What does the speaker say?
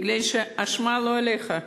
בגלל שהאשמה לא עליך.